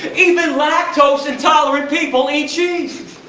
even lactose intolerant people eat cheese.